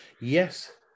Yes